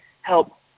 help